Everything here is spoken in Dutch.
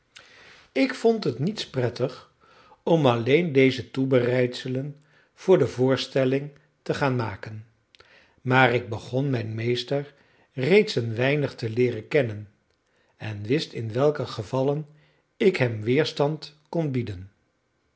ik vond het niets prettig om alleen deze toebereidselen voor de voorstelling te gaan maken maar ik begon mijn meester reeds een weinig te leeren kennen en wist in welke gevallen ik hem weerstand kon bieden